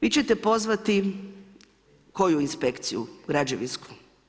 Vi ćete pozvati koju inspekciju, građevinsku?